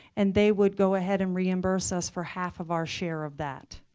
and they would go ahead and reimburse us for half of our share of that.